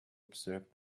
observed